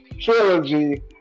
trilogy